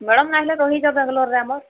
madam ନେଇହେଲେ ରହିଯାଅ ବେଙ୍ଗଲୋରେ ଆମର